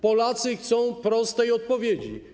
Polacy chcą prostej odpowiedzi.